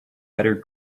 better